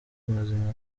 mazimpaka